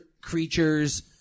creatures